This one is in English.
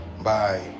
bye